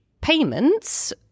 payments